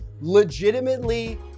legitimately